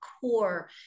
core